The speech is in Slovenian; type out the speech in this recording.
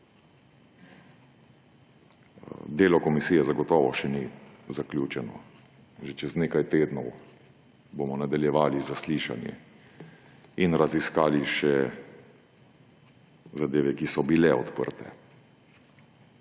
Delo komisije zagotovo še ni zaključeno. Že čez nekaj tednov bomo nadaljevali zaslišanje in raziskali še zadeve, ki so bile odprte